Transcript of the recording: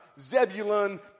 Zebulun